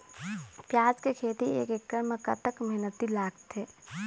प्याज के खेती एक एकड़ म कतक मेहनती लागथे?